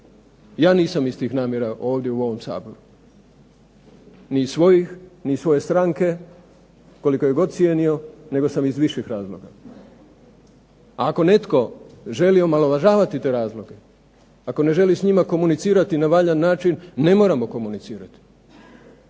ja nisam iz tih namjera ovdje u ovom Saboru, ni svojih ni svoje stranke koliko je god cijenio, nego sam iz viših razloga. Ako netko želi omalovažavati te razloge, ako ne želi s njim komunicirati na valjan način ne moramo komunicirati,